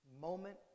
moment